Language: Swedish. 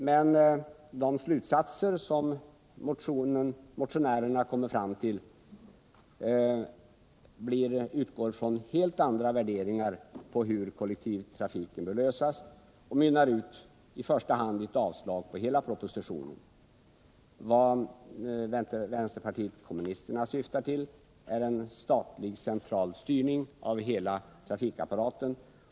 Men de slutsatser som motionärerna kommer fram till baserar sig på helt andra värderingar om hur kollektivtrafikfrågan bör lösas och mynnar i första hand ut i avslag på hela propositionen. Vad vpk syftar till är en statlig central styrning av hela trafikapparaten.